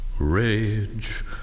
Rage